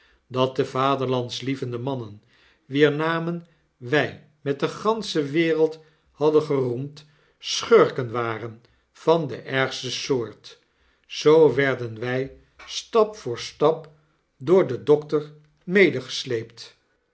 dat de vaderlandlievende mannen wier namen wy met de gansche wereld hadden geroemd schurken waren van de ergste soort zoo werden wij stap voor stap door den dokter